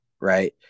right